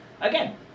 Again